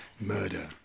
murder